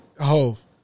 Hove